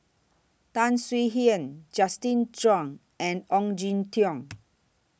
Tan Swie Hian Justin Zhuang and Ong Jin Teong